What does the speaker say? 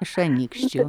iš anykščių